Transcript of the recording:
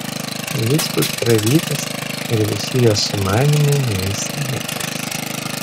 jis bus prarytas ir visi jos sumanymai nueis niekais